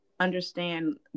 understand